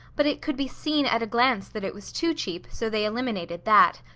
but it could be seen at a glance that it was too cheap, so they eliminated that.